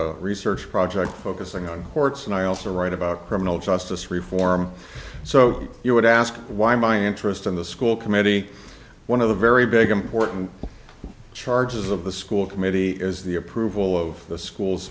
a research project focusing on courts and i also write about criminal justice reform so you would ask why my interest in the school committee one of the very big important charges of the school committee is the approval of the school